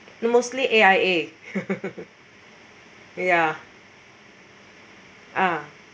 mostly A_I_A ya ah